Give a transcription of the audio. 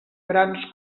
grans